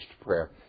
prayer